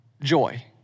joy